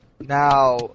Now